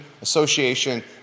Association